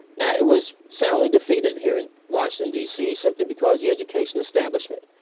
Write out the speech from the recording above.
that was soundly defeated here in washington, d c. simply because the education establishment,